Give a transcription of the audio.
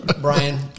Brian